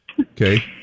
Okay